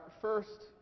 first